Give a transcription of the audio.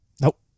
Nope